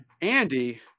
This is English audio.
Andy